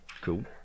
Cool